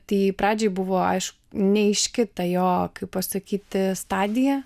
tai pradžiai buvo aišk neaiški ta jo kaip pasakyti stadija